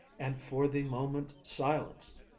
and for the moment silenced,